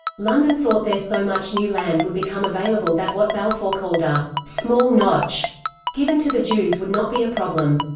london thought there so much new land would become available that what balfour called a small notch given to the jews would not be a problem.